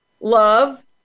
love